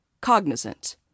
cognizant